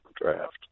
draft